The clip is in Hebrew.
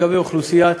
לגבי אוכלוסיית,